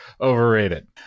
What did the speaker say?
overrated